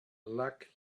luck